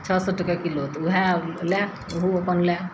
छओ सए टके किलो तऽ ओहए लए ओहो अपन लए